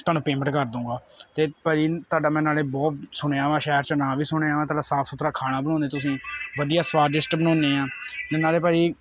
ਤੁਹਾਨੂੰ ਪੇਮੈਂਟ ਕਰ ਦਊਂਗਾ ਅਤੇ ਭਾਅ ਜੀ ਤੁਹਾਡਾ ਮੈਂ ਨਾਲੇ ਬਹੁਤ ਸੁਣਿਆ ਵਾ ਸ਼ਹਿਰ 'ਚ ਨਾਂ ਵੀ ਸੁਣਿਆ ਵਾ ਤੁਹਾਡਾ ਸਾਫ਼ ਸੁਥਰਾ ਖਾਣਾ ਬਣਾਉਂਦੇ ਤੁਸੀਂ ਵਧੀਆ ਸੁਆਦਿਸ਼ਟ ਬਣਾਉਂਦੇ ਆ ਅਤੇ ਨਾਲੇ ਭਾਅ ਜੀ